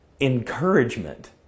encouragement